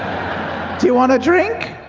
do you want a drink?